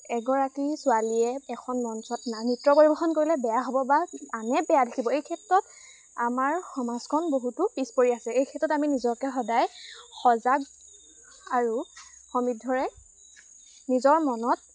এগৰাকী ছোৱালীয়ে এখন মঞ্চত নাচ নৃত্য পৰিবেশন কৰিলে বেয়া হ'ব বা আনে বেয়া দেখিব এই ক্ষেত্ৰত আমাৰ সমাজখন বহুতো পিছপৰি আছে এই ক্ষেত্ৰত আমি নিজকে সদায় সজাগ আৰু সমৃদ্ধৰে নিজৰ মনত